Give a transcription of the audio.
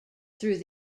through